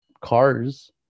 cars